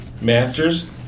Masters